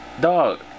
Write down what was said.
Dog